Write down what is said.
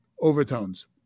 overtones